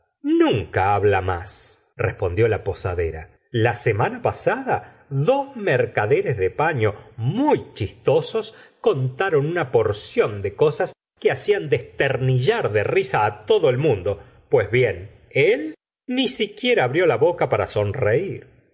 nunca habla más respondió la posadera la semana pasada dos mercaderes de paño muy chis tosos contaron una porción de cosas que hacían desternillar de risa todo el mundo pues bien él ni siquiera abrió la boca para sonreir